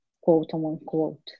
quote-unquote